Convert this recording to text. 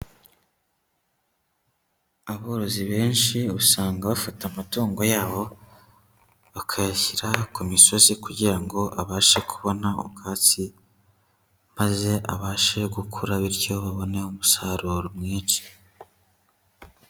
Aborozi benshi usanga bafata amatungo yabo bakayashyira ku misozi kugira ngo abashe kubona ubwatsi maze abashe gukura bityo babone umusaruro mwinshi.